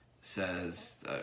says